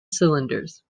cylinders